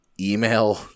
email